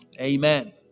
Amen